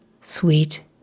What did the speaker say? Sweet